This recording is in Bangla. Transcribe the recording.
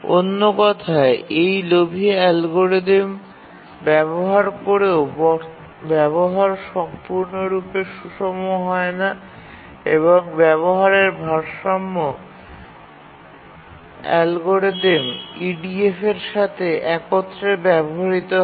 অন্য কথায় এই লোভী অ্যালগরিদম ব্যবহার করেও ব্যবহার সম্পূর্ণরূপে সুষম হয় না এবং ব্যবহারের ভারসাম্য অ্যালগরিদম EDF এর সাথে একত্রে ব্যবহৃত হয়